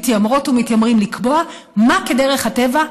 מתיימרות ומתיימרים לקבוע מה כדרך הטבע,